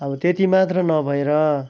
अब त्यति मात्र नभएर